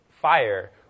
fire